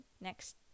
next